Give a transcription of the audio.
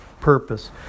purpose